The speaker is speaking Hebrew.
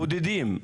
בודדים.